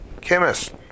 Chemist